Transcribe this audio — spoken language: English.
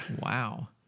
Wow